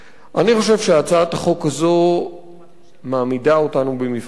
אני חושב שהצעת החוק הזו מעמידה אותנו במבחן מאוד קשה,